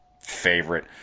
favorite